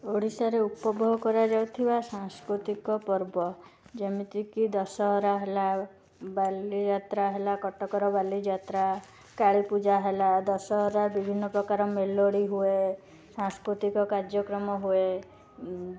ଓଡ଼ିଶାରେ ଉପଭୋଗ କରାଯାଉଥିବା ସାଂସ୍କୃତିକ ପର୍ବ ଯେମିତି କି ଦଶହରା ହେଲା ବାଲିଯାତ୍ରା ହେଲା କଟକର ବାଲିଯାତ୍ରା କାଳୀପୂଜା ହେଲା ଦଶହରା ବିଭିନ୍ନପ୍ରକାର ମେଲୋଡ଼ି ହୁଏ ସାଂସ୍କୃତିକ କାର୍ଯ୍ୟକ୍ରମ ହୁଏ